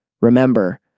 remember